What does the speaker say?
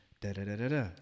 da-da-da-da-da